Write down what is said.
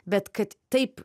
bet kad taip